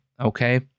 okay